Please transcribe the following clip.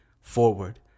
forward